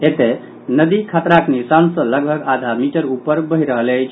एतय नदी खतराक निशान सँ लगभग आधार मीटर ऊपर बहि रहल अछि